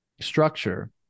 structure